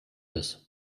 ist